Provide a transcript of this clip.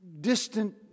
distant